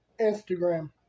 Instagram